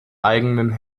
eigenen